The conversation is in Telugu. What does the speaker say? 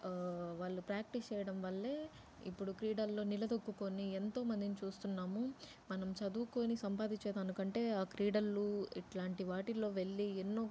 వాళ్ళు ప్రాక్టీస్ చేయడం వల్ల ఇప్పుడు క్రీడల్లో నిలదొక్కుకొని ఎంతోమందిని చూస్తున్నాము మనం చదువుకుని సంపాదించే దానికంటే ఆ క్రీడలు ఇట్లాంటి వాటిల్లో వెళ్ళి ఎన్నో